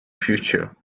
future